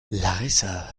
larissa